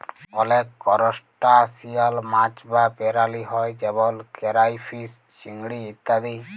অলেক করসটাশিয়াল মাছ বা পেরালি হ্যয় যেমল কেরাইফিস, চিংড়ি ইত্যাদি